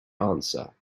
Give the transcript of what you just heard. answer